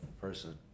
person